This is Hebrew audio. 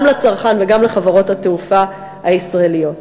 גם לצרכן וגם לחברות התעופה הישראליות.